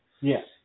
Yes